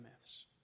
myths